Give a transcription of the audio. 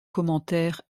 commentaires